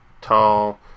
tall